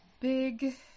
big